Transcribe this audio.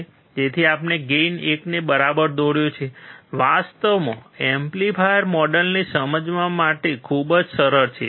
તેથી આપણે ગેઇન 1 ને બરાબર દોર્યા છે વાસ્તવમાં એમ્પ્લીફાયર મોડેલને સમજવા માટે ખૂબ જ સરળ છે